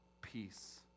peace